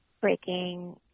breaking